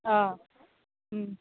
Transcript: অঁ